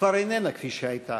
כבר איננה כפי שהייתה.